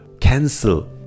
cancel